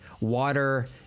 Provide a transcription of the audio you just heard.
water